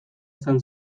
izan